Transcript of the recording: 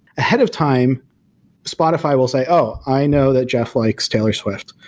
ahead of time spotify will say, oh, i know that jeff likes taylor swift.